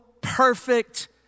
perfect